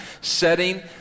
setting